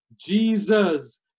Jesus